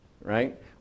right